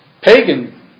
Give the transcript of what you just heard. pagan